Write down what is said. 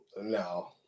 No